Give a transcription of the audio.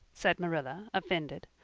said marilla, offended.